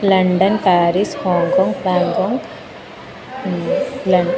London Paris Hong Kong पेङ्कोङ्क् लण्